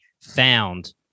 found